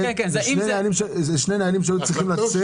זה שני נהלים שהיו צריכים לצאת.